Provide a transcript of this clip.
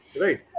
right